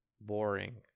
Boring